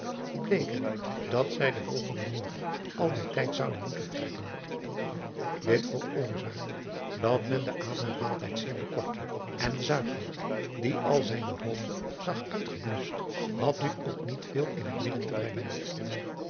bleek het dat zij den volgenden morgen al bij tijds zouden moeten vertrekken it veroorzaakte dat men den avondmaaltijd zeer bekortte en die al zijne hope zag uitgebluscht had nu ook niet veel in het midden te brengen